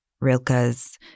Rilke's